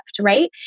right